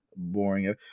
boring